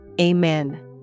Amen